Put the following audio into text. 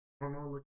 Normal